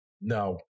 No